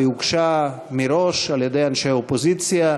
היא הוגשה מראש על-ידי אנשי האופוזיציה,